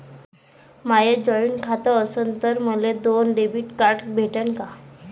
माय joint खातं असन तर मले दोन डेबिट कार्ड भेटन का?